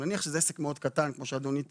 נניח שזה עסק מאוד קטן, כמו שאדוני תיאר.